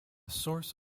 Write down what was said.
source